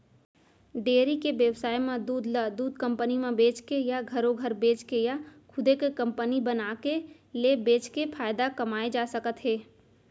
dairy के बेवसाय म दूद ल दूद कंपनी म बेचके या घरो घर बेचके या खुदे के कंपनी बनाके ले बेचके फायदा कमाए जा सकत हे